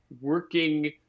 working